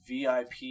VIP